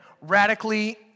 radically